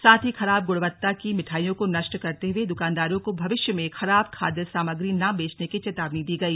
साथ ही खराब गुणवत्ता की मिठाइयों को नष्ट करते हुए दुकानदारों को भविष्य में खराब खाद्य सामग्री न बेचने की चेतावनी दी गई